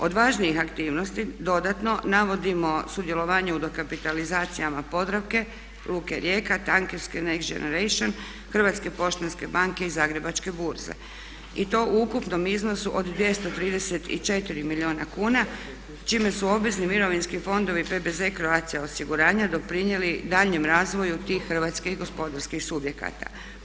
Od važnijih aktivnosti dodatno navodimo sudjelovanje u dokapitalizacijama Podravke, Luke Rijeka, … [[Ne razumije se.]] Hrvatske poštanske banke i Zagrebačke burze i to u ukupnom iznosu od 234 milijuna kuna čime su obvezni mirovinski fondovi PBZ Croatia osiguranja doprinijeli daljnjem razvoju tih hrvatskih gospodarskih subjekata.